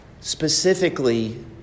specifically